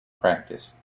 practice